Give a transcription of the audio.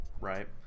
right